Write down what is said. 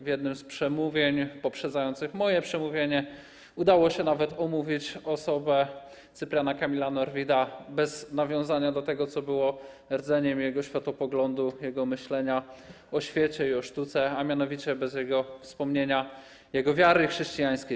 W jednym z przemówień poprzedzających moje przemówienie udało się nawet omówić osobę Cypriana Kamila Norwida bez nawiązania do tego, co było rdzeniem jego światopoglądu, jego myślenia o świecie i o sztuce, a mianowicie bez wspomnienia jego wiary chrześcijańskiej.